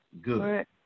Good